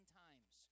times